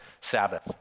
Sabbath